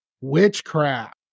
witchcraft